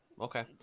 okay